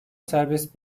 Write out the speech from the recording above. serbest